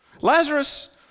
Lazarus